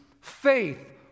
faith